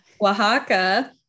Oaxaca